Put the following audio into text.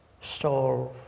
solve